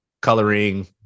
coloring